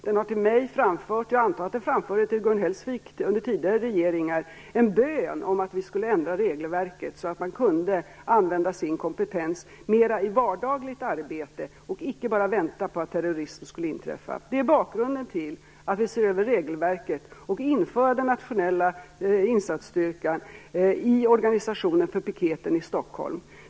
Den har till mig framfört - jag antar att den framförde det till Gun Hellsvik under den tidigare regeringens tid - en bön om att vi skulle ändra regelverket så att man kunde använda sin kompetens mera i vardagligt arbete och icke bara vänta på att terrorism skulle inträffa. Det är bakgrunden till att vi ser över regelverket och inför den nationella insatsstyrkan i organisationen för piketen i Stockholm.